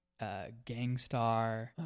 Gangstar